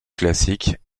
classique